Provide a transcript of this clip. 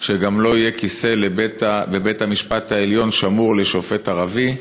שגם לא יהיה כיסא בבית-המשפט העליון שמור לשופט ערבי,